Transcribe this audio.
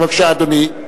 בבקשה, אדוני.